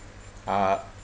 uh